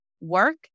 work